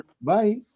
Bye